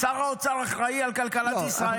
שר האוצר אחראי על כלכלת ישראל.